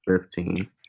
fifteen